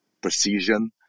precision